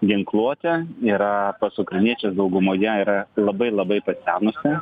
ginkluotė yra pas ukrainiečius daugumoje yra labai labai pasenusi